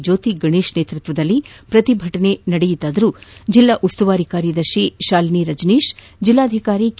ಜ್ಯೋತಿ ಗಷೇಶ್ ನೇತೃತ್ವದಲ್ಲಿ ಪ್ರತಿಭಟನೆ ನಡೆಯಿತಾದರೂ ಜಿಲ್ಲಾ ಉಸ್ತುವಾರಿ ಕಾರ್ಯದರ್ಶಿ ಶಾಲಿನಿ ರಜನೀಶ್ ಜಿಲ್ಲಾಧಿಕಾರಿ ಕೆ